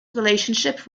relationship